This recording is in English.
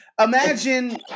imagine